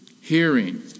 Hearing